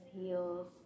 heels